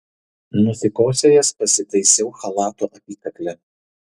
nusikosėjęs pasitaisiau chalato apykaklę